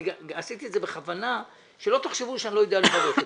אני עשיתי את זה בכוונה כדי שלא תחשבו שאני לא יודע לברך אתכם.